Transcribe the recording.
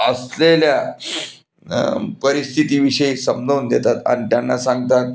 असलेल्या परिस्थिती विषयी समजावून देतात आणि त्यांना सांगतात